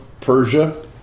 Persia